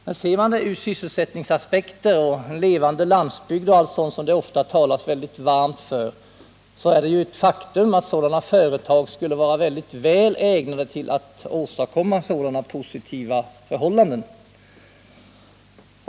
Men sett ur sysselsättningsaspekten och med hänsyn till en levande landsbygd och allt sådant som det ofta talas varmt för, så är det ett faktum att företag av detta slag skulle vara mycket väl ägnade att åstadkomma sådana positiva förhållanden.